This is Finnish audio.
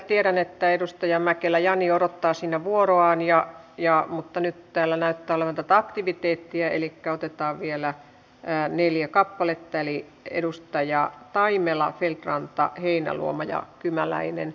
tiedän että edustaja mäkelä jani odottaa siinä vuoroaan mutta nyt täällä näyttää olevan tätä aktiviteettia elikkä otetaan vielä neljä kappaletta eli edustajat taimela feldt ranta heinäluoma ja kymäläinen